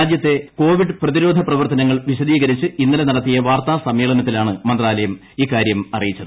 രാജ്യത്തെ കോവിഡ് പ്രതിരോധ പ്രവർത്തനങ്ങൾ വിശദീകരിച്ച് ഇന്നലെ നടത്തിയ വാർത്താസമ്മേളനത്തിലാണ് മന്ത്രാലയം ഇക്കാര്യം അറിയിച്ചത്